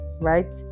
right